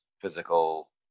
physical